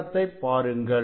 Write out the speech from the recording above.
கோணத்தை பாருங்கள்